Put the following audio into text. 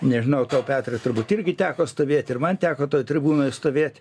nežinau tau petrai turbūt irgi teko stovėt ir man teko toj tribūnoj stovėt